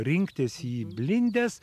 rinktis į blindes